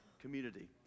community